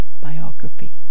biography